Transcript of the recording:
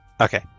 Okay